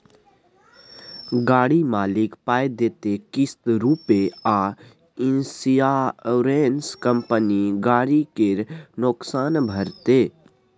गाड़ी मालिक पाइ देतै किस्त रुपे आ इंश्योरेंस कंपनी गरी केर नोकसान भरतै